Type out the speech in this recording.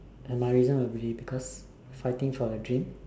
my reason will be fighting for a dream